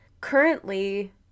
Currently